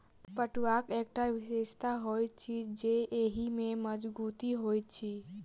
पटुआक एकटा विशेषता होइत अछि जे एहि मे मजगुती होइत अछि